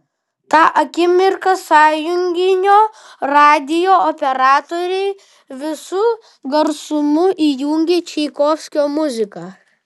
tą akimirką sąjunginio radijo operatoriai visu garsumu įjungė čaikovskio muziką